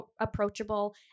approachable